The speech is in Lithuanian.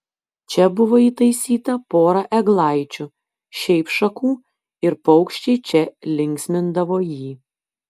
čia buvo įtaisyta pora eglaičių šiaip šakų ir paukščiai čia linksmindavo jį